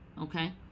Okay